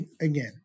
again